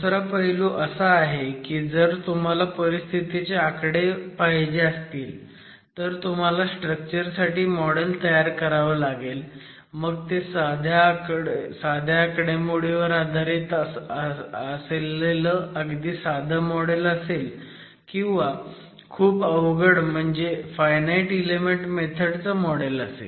दुसरा पैलू असा आहे की जर तुम्हाला परिस्थितीचे आकडे पाहिजे असतील तर तुम्हाला स्ट्रक्चर साठी मॉडेल तयार करावं लागेल मग ते साध्या आकडेमोडीवर आधारित अगदी साधं मॉडेल असेल किंवा खूप अवघड म्हणजे फायनाईट इलेमेंट मेथड चं मॉडेल असेल